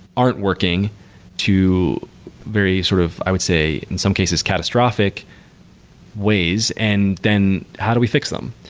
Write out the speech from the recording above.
aren't working to very sort of, i would say, in some cases, catastrophic ways, and then how do we fix them?